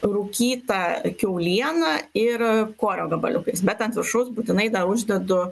rūkytą kiaulieną ir korio gabaliukais bet ant viršaus būtinai dar uždedu